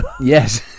Yes